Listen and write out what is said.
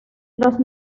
los